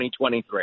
2023